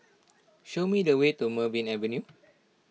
show me the way to Merryn Avenue